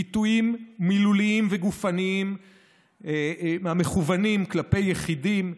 ביטויים מילוליים וגופניים המכוונים כלפי יחידים,